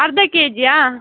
ಅರ್ಧ ಕೆ ಜಿಯಾ